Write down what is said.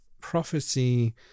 prophecy